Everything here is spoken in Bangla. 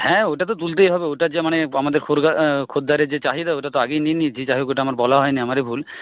হ্যাঁ ওটা তো তুলতেই হবে ওটা যে মানে আমাদের খোদ্দারের যে চাহিদা ওটাতো আগেই নিয়ে নিয়েছি যাই হোক ওটা আমার বলা হয় নি আমারই ভুল